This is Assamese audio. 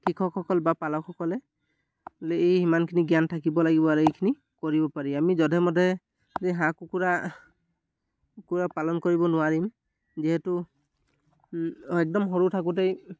কৃষকসকল বা পালকসকলে এই সিমানখিনি জ্ঞান থাকিব লাগিব আৰু এইখিনি কৰিব পাৰি আমি যধে মধে যে হাঁহ কুকুৰা কুকুৰা পালন কৰিব নোৱাৰিম যিহেতু একদম সৰু থাকোঁতেই